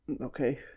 okay